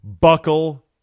Buckle